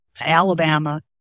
Alabama